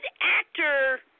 actor